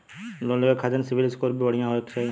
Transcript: Loan लेवे के खातिन सिविल स्कोर भी बढ़िया होवें के चाही?